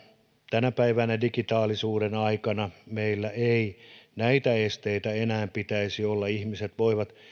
tänä päivänä digitaalisuuden aikana meillä ei näitä esteitä enää pitäisi olla ihmiset voivat